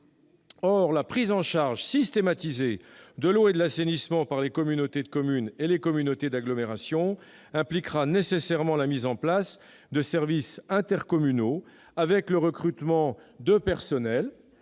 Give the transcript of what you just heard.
Or la prise en charge systématisée de l'eau et de l'assainissement par les communautés de communes et les communautés d'agglomération impliquera nécessairement la mise en place de services intercommunaux, avec le recrutement de personnels